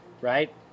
right